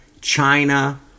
china